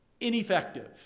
ineffective